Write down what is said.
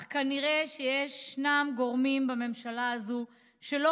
אך כנראה שישנם גורמים בממשלה הזאת שלא